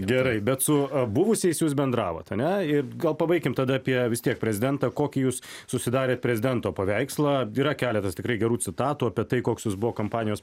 gerai bet su buvusiais jūs bendravot ane ir gal pabaikim tada apie vis tiek prezidentą kokį jūs susidarėt prezidento paveikslą yra keletas tikrai gerų citatų apie tai koks jis buvo kampanijos